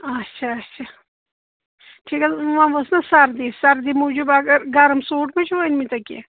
آچھا اچھا ٹھیٖک حظ وۄنۍ ؤژھ نا سردی سردی موٗجوٗب اگر گرم سوٗٹ ما چھِ وٲتۍمٕتیٛا تۄہہِ کیٚنہہ